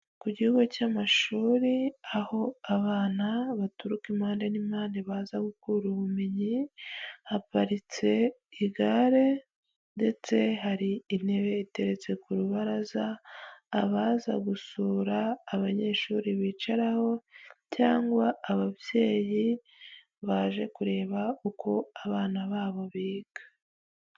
Ku kigo cy'amashuri aho abana baturuka impande n'ipande baza gukura ubumenyi haparitse igare, ndetse hari intebe iteretse ku rubaraza abaza gusura abanyeshuri bicaraho, cyangwa ababyeyi baje kureba uko abana babo biga.